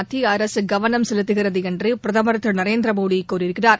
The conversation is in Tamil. மத்திய அரசு கவனம் செலுத்துகிறது என்று பிரதமர் திரு நரேந்திரமோடி கூறியிருக்கிறார்